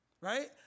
right